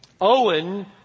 Owen